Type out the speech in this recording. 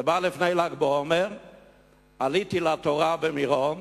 ולפני ל"ג בעומר עליתי לתורה במירון,